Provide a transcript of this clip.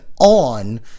on